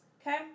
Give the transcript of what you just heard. Okay